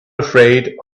afraid